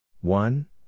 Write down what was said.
One